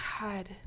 God